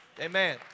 Amen